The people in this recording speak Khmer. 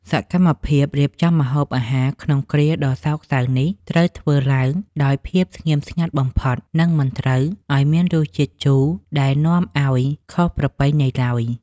សកម្មភាពរៀបចំម្ហូបអាហារក្នុងគ្រាដ៏សោកសៅនេះត្រូវធ្វើឡើងដោយភាពស្ងៀមស្ងាត់បំផុត និងមិនត្រូវឱ្យមានរសជាតិជូរដែលនាំឱ្យខុសប្រពៃណីឡើយ។